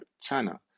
China